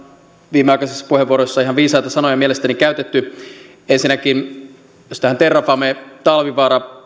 viimeaikaisissa puheenvuoroissa ihan viisaita sanoja mielestäni käytetty ensinnäkin tähän terrafame talvivaara